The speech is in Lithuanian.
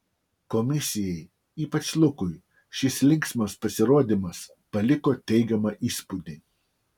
komisijai ypač lukui šis linksmas pasirodymas paliko teigiamą įspūdį